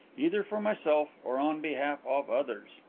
either for myself or on behalf of others.